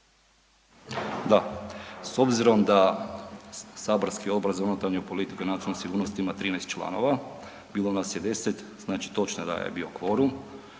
Da, s obzirom da saborski Odbor za unutarnju politiku i nacionalnu sigurnost ima 13 članova, bilo nas je 10 znači točno je da je bio kvorum,